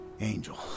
Angel